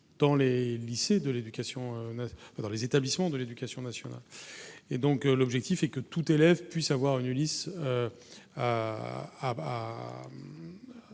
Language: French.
dans les établissements de l'Éducation nationale et donc, l'objectif est que tout élève puisse avoir une Ulysse.